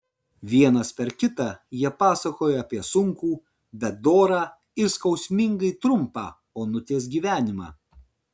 vienas per kitą jie pasakojo apie sunkų bet dorą ir skausmingai trumpą onutės gyvenimą